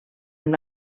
amb